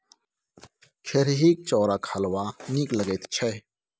खेरहीक चाउरक हलवा नीक लगैत छै